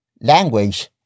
Language